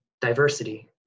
diversity